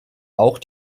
auch